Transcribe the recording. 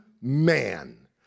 man